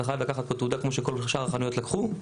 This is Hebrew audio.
אתה חייב לקחת פה כמו שכל שאר החנויות לקחו.